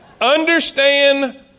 Understand